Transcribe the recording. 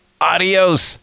Adios